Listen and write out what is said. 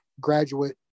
graduate